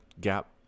gap